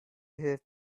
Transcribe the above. her